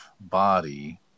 body